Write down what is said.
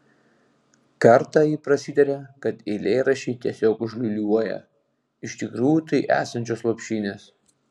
kartą ji prasitarė kad eilėraščiai tiesiog užliūliuoją iš tikrųjų tai esančios lopšinės